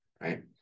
right